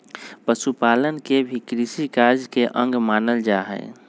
पशुपालन के भी कृषिकार्य के अंग मानल जा हई